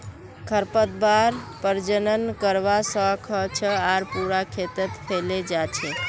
खरपतवार प्रजनन करवा स ख छ आर पूरा खेतत फैले जा छेक